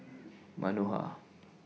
Manohar